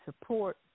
support